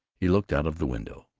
he looked out of the window.